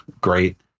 great